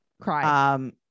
Cry